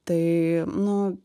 tai nu